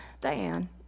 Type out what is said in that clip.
Diane